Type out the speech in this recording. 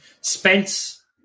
Spence